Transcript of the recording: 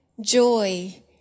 joy